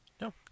No